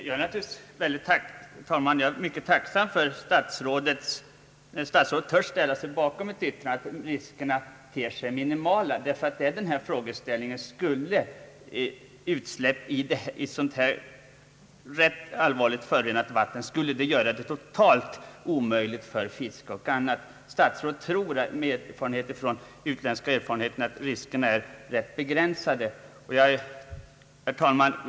Herr talman! Jag är mycket tacksam för att statsrådet törs ställa sig bakom ett yttrande att riskerna ter sig minimala. Frågan är nämligen om utsläpp i redan rätt allvarligt förorenat vatten skulle göra det totalt omöjligt för fiske och annat. Statsrådet tror med stöd av utländska erfarenheter att riskerna är rätt begränsade. Herr talman!